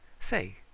Say